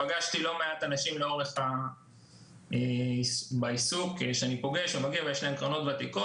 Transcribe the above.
פגשתי לא מעט אנשים בעיסוק שלי שיש להם קרנות ותיקות.